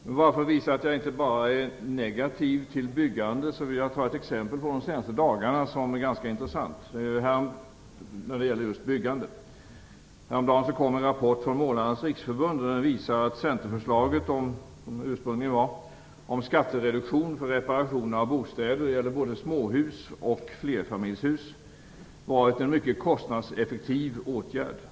Men för att visa att jag inte bara är negativ till byggande vill jag ta ett intressant exempel från de senaste dagarna. Häromdagen kom en rapport från Målarnas riksförbund. Den visar att det som ursprungligen var ett centerförslag om skattereduktion för reparation av bostäder, småhus och flerfamiljshus, var en mycket kostnadseffektiv åtgärd.